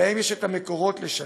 להם יש את המקורות לשלם,